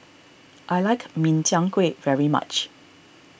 I like Min Chiang Kueh very much